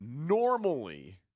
Normally